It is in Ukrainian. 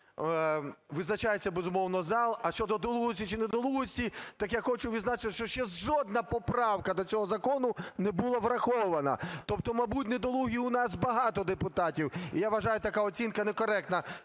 Визначається, безумовно, зал. А щодо долугості чи недолугості, так я хочу відзначити, що ще жодна поправка до цього закону не була врахована. Тобто, мабуть, недолугі у нас багато депутатів. І, я вважаю, така оцінка некоректна.